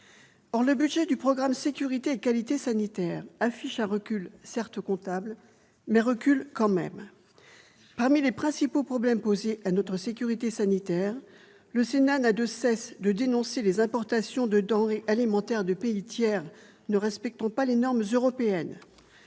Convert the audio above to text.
Or le budget du programme « Sécurité et qualité sanitaires » affiche un recul, certes comptable, mais un recul tout de même. Parmi les principaux problèmes posés à notre sécurité sanitaire, le Sénat n'a de cesse de dénoncer les importations de denrées alimentaires de pays tiers ne respectant pas les normes européennes.